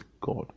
God